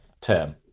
term